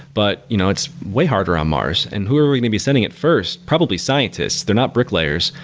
but you know it's way harder on mars. and who are going to be sending it first? probably scientists they're not bricklayers.